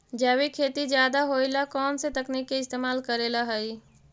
जैविक खेती ज्यादा होये ला कौन से तकनीक के इस्तेमाल करेला हई?